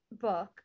book